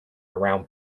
around